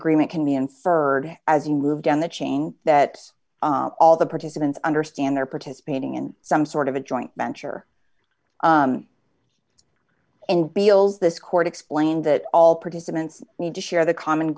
agreement can be inferred as you move down the chain that all the participants understand they're participating in some sort of a joint venture and beals this court explained that all participants need to share the common